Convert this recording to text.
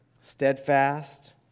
steadfast